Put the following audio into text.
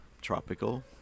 tropical